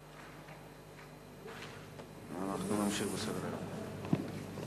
ואנחנו נמשיך בסדר-היום.